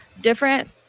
different